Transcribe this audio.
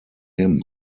him